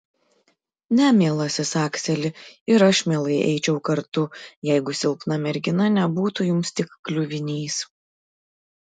ne mielasis akseli ir aš mielai eičiau kartu jeigu silpna mergina nebūtų jums tik kliuvinys